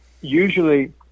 Usually